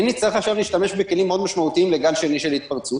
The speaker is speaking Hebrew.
ואם נצטרך עכשיו להשתמש בכלים מאוד משמעותיים לגל שני של התפרצות?